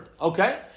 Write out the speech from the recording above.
Okay